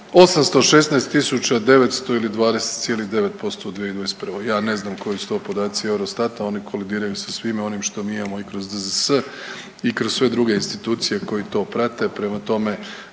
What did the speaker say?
ili 20,9% u 2021. Ja ne znam koji su to podaci EUROSTAT-a. Oni kolidiraju sa svime onim što mi imamo i kroz DZS i kroz sve druge institucije koji to prate.